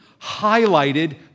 highlighted